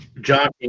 John